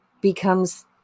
becomes